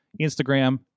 Instagram